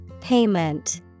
Payment